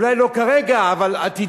אולי לא כרגע, אבל עתידית,